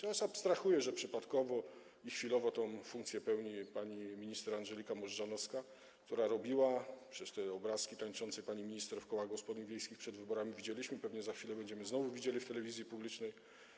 Ja teraz abstrahuję, że przypadkowo i chwilowo tę funkcję pełni pani minister Andżelika Możdżanowska, która robiła przez te obrazki tańczącej pani minister w kołach gospodyń wiejskich przed wyborami, jak widzieliśmy, pewnie za chwilę będziemy znowu widzieli w telewizji publicznej.